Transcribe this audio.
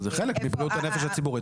זה חלק מבריאות הנפש הציבורית.